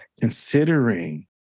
considering